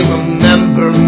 remember